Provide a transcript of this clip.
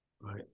right